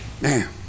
Man